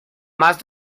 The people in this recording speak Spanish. más